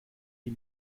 die